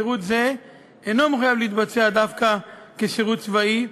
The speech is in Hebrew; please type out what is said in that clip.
שירות זה אינו חייב להתבצע דווקא כשירות צבאי,